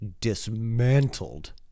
dismantled